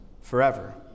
forever